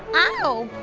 oh,